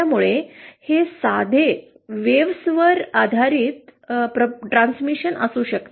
त्यामुळे हे साधे लहरीवर आधारित प्रसारण असू शकते